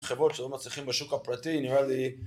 חברות שלא מצליחים בשוק הפרטי נראה לי